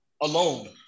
alone